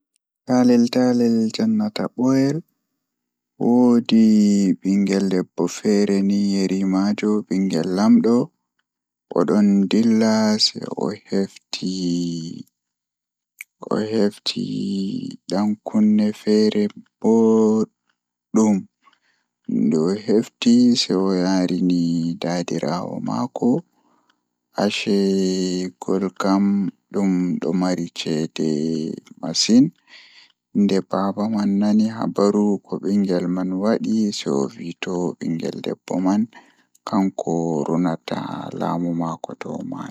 Taalel taalel jannata booyel, Woodi bingel debbo feere ni yerimaajo bingel lamdo odon dilla sei ohefti ohefti dan kunne feere boodum nde o hefti sei oyaarini dadiraawo maako, Asei gol on dum don mari ceede masin nde baba man nani habaru ko owadi sei ovi toh bingel debbo man kanko ronata laamu maako to o mayi.